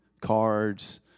cards